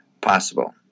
possible